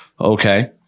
Okay